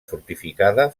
fortificada